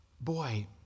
boy